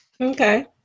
okay